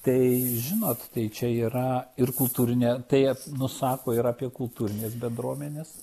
tai žinot tai čia yra ir kultūrinė tai nu sako ir apie kultūrinės bendruomenės